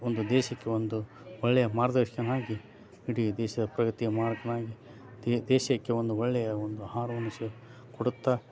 ಒಂದು ದೇಶಕ್ಕೆ ಒಂದು ಒಳ್ಳೆಯ ಮಾರ್ಗದರ್ಶಕನಾಗಿ ಇಡೀ ದೇಶದ ಪ್ರಗತಿಯ ಮಾರಕನಾಗಿ ದೇಶಕ್ಕೆ ಒಂದು ಒಳ್ಳೆಯ ಒಂದು ಆಹಾರವನ್ನು ಶ್ ಕೊಡುತ್ತಾ